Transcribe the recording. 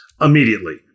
immediately